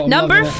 Number